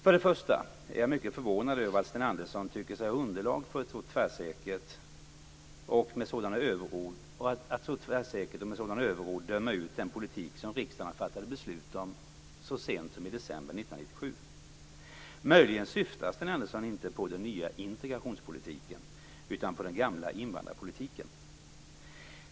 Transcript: För det första är jag mycket förvånad över att Sten Andersson tycker sig ha underlag för att så tvärsäkert och med sådana överord döma ut den politik som riksdagen fattade beslut om så sent som i december 1997. Möjligen syftar Sten Andersson inte på den nya integrationspolitiken utan på den gamla invandrarpolitiken.